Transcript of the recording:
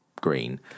green